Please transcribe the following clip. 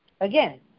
again